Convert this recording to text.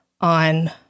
on